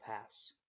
pass